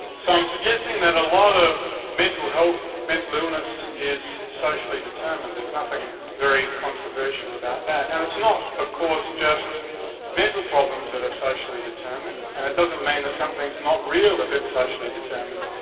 so i'm suggesting that a lot of mental health, mental illness is socially determined, there's nothing very controversial about that. and it's not of course just mental problems that are socially determined and it doesn't mean that something is not real if it's socially determined.